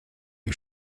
you